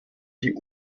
die